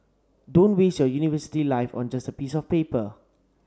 don't waste your university life on just a piece of paper